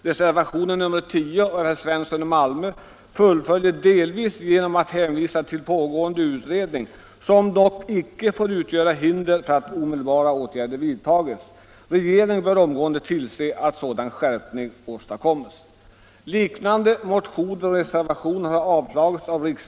Reservationen 10 av herr Svensson i Malmö följer upp motionen.